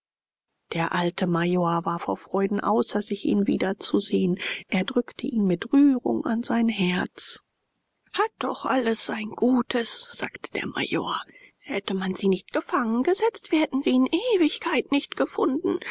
der alte major war vor freuden außer sich ihn wieder zu sehen er drückte ihn mit rührung an sein herz hat doch alles sein gutes sagte der major hätte man sie nicht gefangen gesetzt wir hätten sie in ewigkeit nicht gefunden